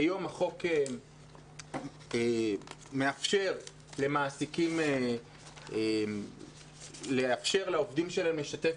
כיום החוק מאפשר למעסיקים לאפשר לעובדים שלהם להשתתף